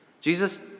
Jesus